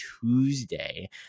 tuesday